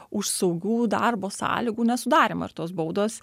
už saugių darbo sąlygų nesudarymą ir tos baudos